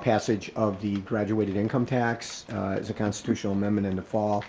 passage of the graduated income tax is a constitutional amendment in the fall.